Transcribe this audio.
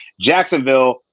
jacksonville